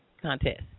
contest